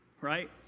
right